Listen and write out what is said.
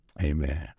Amen